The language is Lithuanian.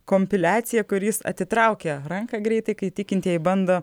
kompiliacija kur jis atitraukia ranką greitai kai tikintieji bando